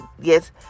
yes